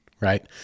Right